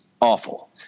awful